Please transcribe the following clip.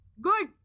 Good